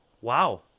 wow